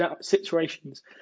situations